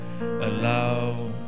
allow